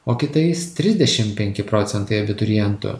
o kitais trisdešim penki procentai abiturientų